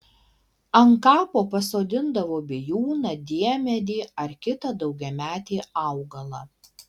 ant kapo pasodindavo bijūną diemedį ar kitą daugiametį augalą